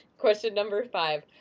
question number five.